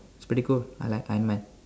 it's pretty cool I like Iron Man